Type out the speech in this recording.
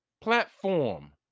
platform